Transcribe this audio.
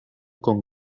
con